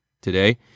today